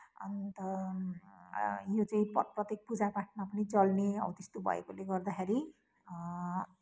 अन्त यो चाहिँ प्रत्येक पूजापाठमा पनि चल्ने अब त्यस्तो भएकोले गर्दाखेरि